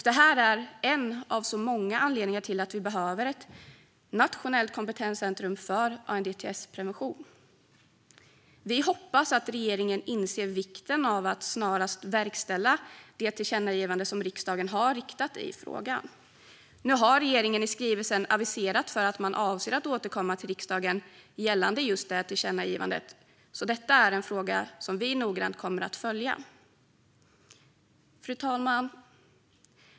Det här är en av många anledningar till att vi behöver ett nationellt kompetenscentrum för ANDTS-prevention. Vi hoppas att regeringen inser vikten av att snarast verkställa det som riksdagen har ett tillkännagivande om i frågan. Regeringen har nu i skrivelsen aviserat att man avser att återkomma till riksdagen gällande just det tillkännagivandet. Det är alltså en fråga som vi noggrant kommer att följa. Fru talman!